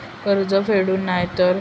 कर्ज फेडूक नाय तर?